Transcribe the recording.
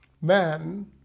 Man